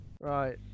Right